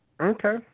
Okay